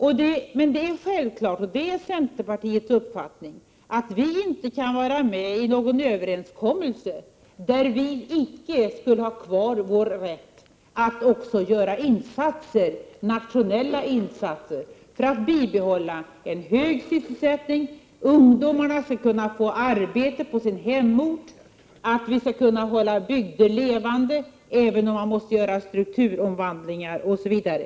Centerpartiets självklara uppfattning är att Sverige inte kan träffa en överenskommelse som innebär att vi inte har kvar rätten att göra nationella insatser för att bibehålla en hög sysselsättning. Ungdomar skall kunna få arbete på sina hemorter, bygder skall kunna hållas levande, även om det måste ske strukturomvandlingar osv.